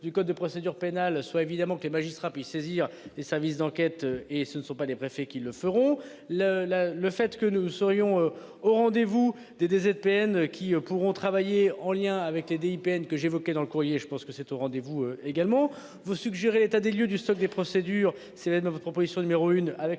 du code de procédure pénale soit évidemment que les magistrats puissent saisir et sa mise d'enquête et ce ne sont pas des préfets qui le feront le la le fait que nous ne serions au rendez-vous des DZ PN qui pourront travailler en lien avec les DIPN que j'évoquais dans le courrier, je pense que c'est au rendez-vous également vous suggérer l'état des lieux du stock des procédures c'est à votre proposition numéro 1 avec